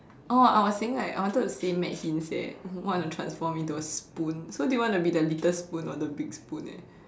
oh I was saying like I wanted to say mad hints eh want to transform into a spoon so do you want to be the little spoon or the big spoon eh